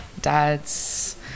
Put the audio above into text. dad's